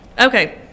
Okay